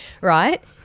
right